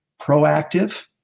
proactive